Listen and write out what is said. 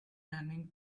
running